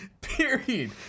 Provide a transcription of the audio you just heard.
Period